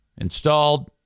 Installed